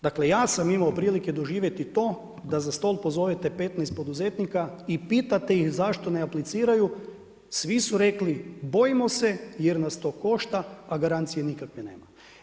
Dakle, ja sam imao prilike doživjeti to, da za stol pozovete 15 poduzetnika i pitate ih zašto ne apliciraju, svi su rekli, bojimo se jer nas to košta, a garancije nikakve nema.